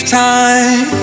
time